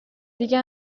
دیگه